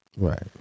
Right